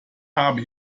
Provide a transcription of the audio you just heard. habe